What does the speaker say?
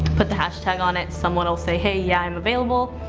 put the hashtag on it, someone will say, hey yeah, i'm available,